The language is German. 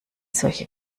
solche